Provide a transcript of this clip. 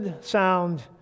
sound